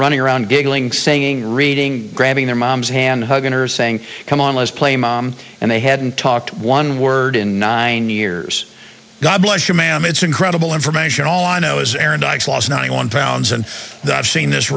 running around giggling saying reading grabbing their mom's hand hugging her saying come on let's play mom and they hadn't talked one word in nine years god bless you ma'am it's incredible information all i know is aaron dykes lost ninety one pounds and i've seen this